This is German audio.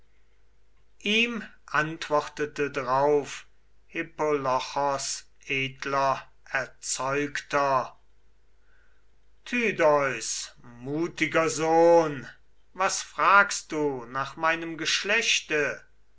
ihm antwortete drauf des pelegons edler erzeugter peleus mutiger sohn was fragst du nach meinem geschlechte